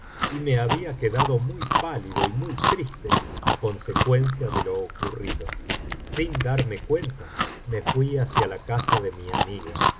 y me había quedado muy pálido y muy triste á consecuencia de lo ocurrido sin darme cuenta rae fui hacia la casa de mi amiga